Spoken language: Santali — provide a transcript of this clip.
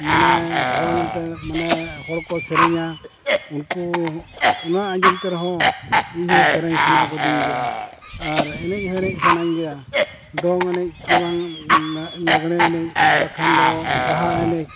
ᱢᱟᱱᱮ ᱦᱚᱲ ᱧᱮᱞ ᱛᱮ ᱢᱟᱱᱮ ᱦᱚᱲ ᱠᱚ ᱥᱮᱨᱮᱧᱟ ᱩᱱᱠᱩ ᱚᱱᱟ ᱟᱸᱡᱚᱢ ᱛᱮ ᱨᱮᱦᱚᱸ ᱤᱧᱦᱚᱸ ᱥᱮᱨᱮᱧ ᱥᱟᱱᱟ ᱜᱚᱫᱤᱧ ᱜᱮᱭᱟ ᱟᱨ ᱮᱱᱮᱡ ᱦᱚᱸ ᱮᱱᱮᱡ ᱥᱟᱱᱟᱧ ᱜᱮᱭᱟ ᱫᱚᱝ ᱮᱱᱮᱡ ᱜᱮᱵᱟᱝ ᱞᱟᱜᱽᱬᱮ ᱮᱱᱮᱡ ᱵᱟᱠᱷᱟᱱ ᱫᱚ ᱵᱟᱦᱟ ᱮᱱᱮᱡ